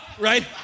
right